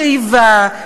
שאיבה,